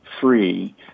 free